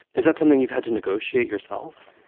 is that something you've had to negotiate yourself?